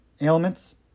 ailments